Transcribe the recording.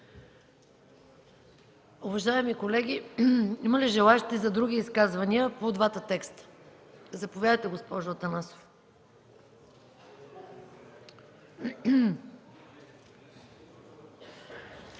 Уважаеми колеги, има ли желаещи за други изказвания по двата текста? Заповядайте, госпожо Атанасова.